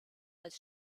als